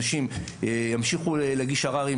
אנשים ימשיכו להגיש ערערים,